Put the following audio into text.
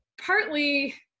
Partly